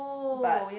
but